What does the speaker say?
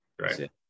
Right